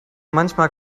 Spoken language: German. manchmal